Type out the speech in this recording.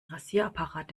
rasierapparat